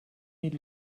niet